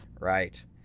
Right